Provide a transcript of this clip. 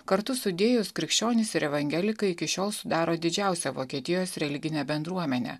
kartu sudėjus krikščionys ir evangelikai iki šiol sudaro didžiausią vokietijos religinę bendruomenę